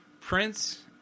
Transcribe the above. Prince